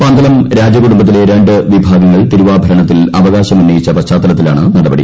പന്തളം രാജകുടുംബത്തിലെ രണ്ട് വിഭാഗങ്ങൾ തിരുവാഭരണത്തിൽ അവകാശം ഉന്നയിച്ച പശ്ചാത്തലത്തിലാണ് ിന്നടപടി